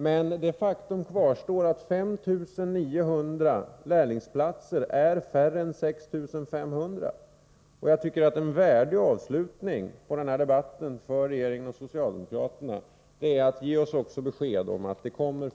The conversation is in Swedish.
Men faktum kvarstår att 5 900 lärlingsplatser är färre än 6 500. En för regeringen och socialdemokraterna värdig avslutning på denna debatt är att ge oss besked om att det faktiskt kommer